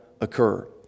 occur